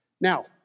Now